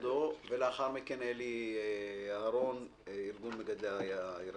ולאחר מכן, אלי אהרון, ארגון מגדלי הירקות.